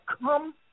come